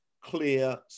clear